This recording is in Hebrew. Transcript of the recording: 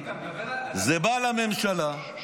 זה בא לממשלה,